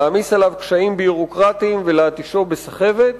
להעמיס עליו קשיים ביורוקרטיים ולהתישו בסחבת,